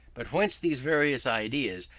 but whence these various ideas,